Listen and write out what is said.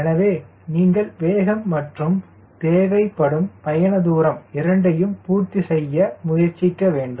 எனவே நீங்கள் வேகம் மற்றும் தேவைப்படும் பயண தூரம் இரண்டையும் பூர்த்தி செய்ய முயற்சிக்க வேண்டும்